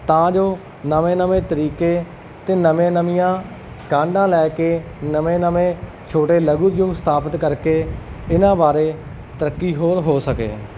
ਤਾਂ ਜੋ ਨਵੇਂ ਨਵੇਂ ਤਰੀਕੇ ਅਤੇ ਨਵੇਂ ਨਵੀਆਂ ਕਾਢਾ ਲੈ ਕੇ ਨਵੇਂ ਨਵੇਂ ਛੋਟੇ ਲਘੂ ਉਦਯੋਗ ਸਥਾਪਿਤ ਕਰਕੇ ਇਹਨਾਂ ਬਾਰੇ ਤਰੱਕੀ ਹੋਰ ਹੋ ਸਕੇ